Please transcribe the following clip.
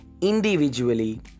individually